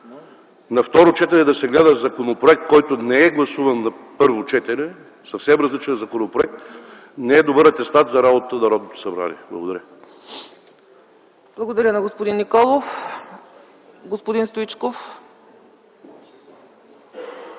на второ четене да се гледа законопроект, който не е гласуван на първо четене, съвсем различен законопроект, не е добър атестат за работата на Народното събрание. Благодаря.